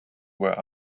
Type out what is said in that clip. where